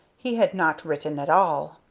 he had not written at all.